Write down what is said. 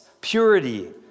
purity